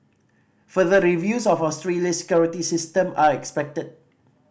further reviews of Australia's security system are expected